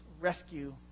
rescue